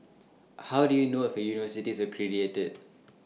how do you know if A university is